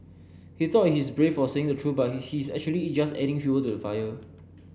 he thought he's brave for saying the truth but he's actually just adding fuel to the fire